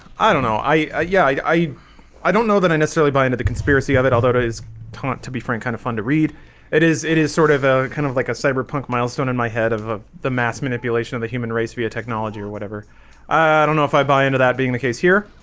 i don't know i yeah i i don't know that i necessarily buy into the conspiracy of it all that is taunt to be frank kind of fun to read it is it is sort of a kind of like a cyberpunk milestone in my head of of the mass manipulation of the human race via technology or whatever i don't know if i buy into that being the case here,